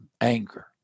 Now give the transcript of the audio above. anger